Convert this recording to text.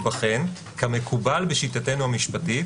ייבחן כמקובל בשיטתנו המשפטית,